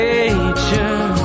Nature